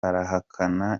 arahakana